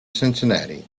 cincinnati